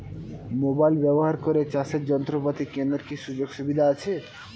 Mobile ব্যবহার করে চাষের যন্ত্রপাতি কেনার কি সুযোগ সুবিধা আছে?